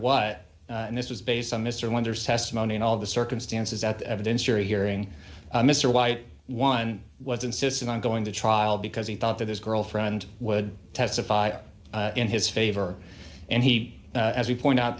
what and this was based on mr wenders testimony and all the circumstances that the evidence you're hearing mr white one was insisting on going to trial because he thought that his girlfriend would testify in his favor and he as you point out